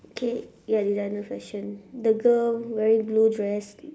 okay ya designer fashion the girl wearing blue dress